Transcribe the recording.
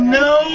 no